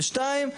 ושתיים,